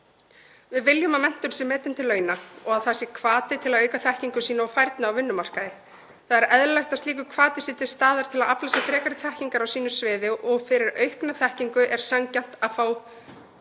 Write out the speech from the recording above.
Við viljum að menntun sé metin til launa og að það sé hvati til að auka þekkingu sína og færni á vinnumarkaði. Það er eðlilegt að slíkur hvati sé til staðar til að afla sér frekari þekkingar á sínu sviði og fyrir aukna þekkingu er sanngjarnt að fá